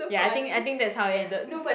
ya I think I think that's how it ended